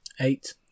Eight